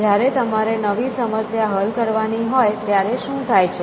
જયારે તમારે નવી સમસ્યા હલ કરવાની હોય ત્યારે શું થાય છે